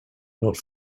not